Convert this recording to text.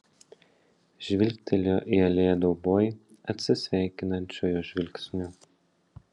žvilgtelėjo į alėją dauboj atsisveikinančiojo žvilgsniu